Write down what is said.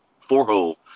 four-hole